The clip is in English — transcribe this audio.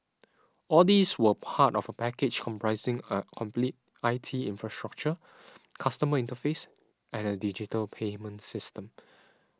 all these were part of a package comprising a complete I T infrastructure customer interface and a digital payment system